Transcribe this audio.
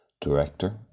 Director